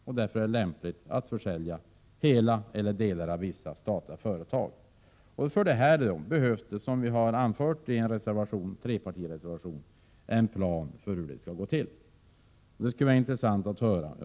Det är lämpligt att försälja hela eller delar av vissa statliga företag. Som vi har anfört i en trepartireservation behövs för detta en plan över hur det skall gå till.